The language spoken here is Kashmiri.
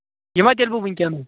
یِمَہ تیٚلہِ بہٕ وٕنۍکٮ۪نٕے